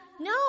No